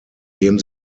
dem